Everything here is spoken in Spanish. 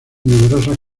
numerosas